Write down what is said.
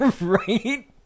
Right